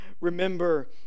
remember